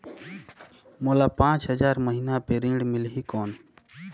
मोला पांच हजार महीना पे ऋण मिलही कौन?